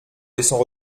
laissant